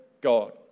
God